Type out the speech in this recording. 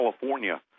California